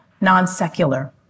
non-secular